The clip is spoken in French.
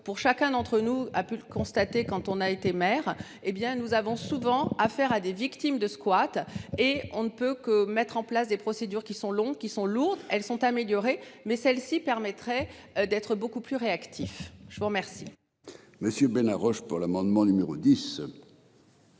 pour chacun d'entre nous a pu le constater quand on a été maire, hé bien nous avons souvent affaire à des victimes de squat et on ne peut que mettre en place des procédures qui sont longs, qui sont lourdes, elles sont améliorées mais celle-ci permettrait d'être beaucoup plus réactif, je vous remercie.